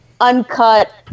uncut